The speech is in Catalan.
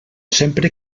sempre